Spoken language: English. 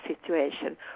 situation